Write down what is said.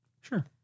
Sure